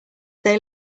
they